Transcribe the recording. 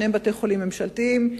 שניהם בתי-חולים ממשלתיים,